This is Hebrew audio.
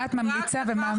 מה את ממליצה ומה הוא מציע.